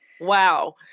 Wow